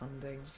funding